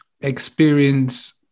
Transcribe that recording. experience